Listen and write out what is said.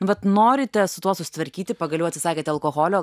vat norite su tuo susitvarkyti pagaliau atsisakėte alkoholio